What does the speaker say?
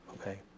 okay